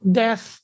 death